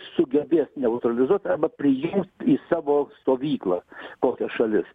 sugebės neutralizuot arba priims į savo stovyklą kokias šalis